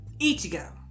Ichigo